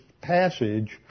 passage